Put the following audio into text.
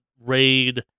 raid